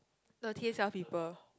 the t_s_l people